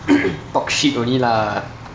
talk shit only lah